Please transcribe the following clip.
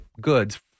goods